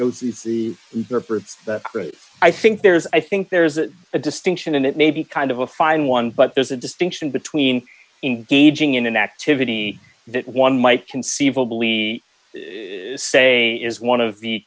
difference i think there's i think there's a distinction and it may be kind of a fine one but there's a distinction between engaging in an activity that one might conceivably say is one of the